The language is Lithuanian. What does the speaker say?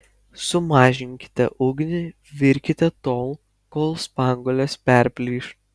sumažinkite ugnį virkite tol kol spanguolės perplyš